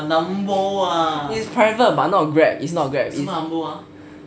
it's private but not grab it's not grab